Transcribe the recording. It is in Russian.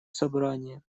собрания